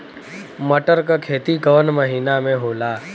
मटर क खेती कवन महिना मे होला?